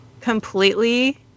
completely